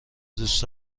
دوست